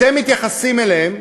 אתם מתייחסים אליהם,